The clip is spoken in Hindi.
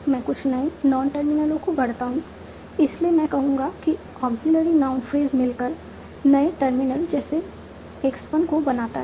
मैं कुछ नए नॉन टर्मिनलों को गढ़ता हूं इसलिए मैं कहूंगा कि ऑग्ज़ीलियरी नाउन फ्रेज मिलकर नए टर्मिनलों जैसे X1 को बनाते हैं